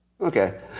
Okay